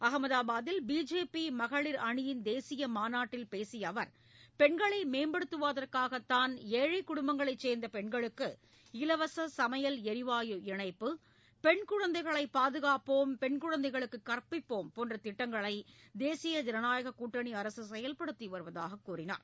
அஹ்மதாபாதில் BJP மகளிர் அணியின் தேசிய மாநாட்டில் பேசிய அவர் பெண்களை மேம்படுத்துவதற்காகத்தான் ஏழைக் குடும்பங்களைச் சேர்ந்த பெண்களுக்கு இலவச சமையல் எரிவாயு இணைப்பு பெண் குழந்தைகளை பாதுகாப்போம் பெண் குழந்தைகளுக்கு கற்பிப்போம் போன்ற திட்டங்களை தேசிய ஜனநாயகக் கூட்டணி அரசு செயல்படுத்தி வருவதாகக் கூறினார்